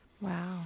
Wow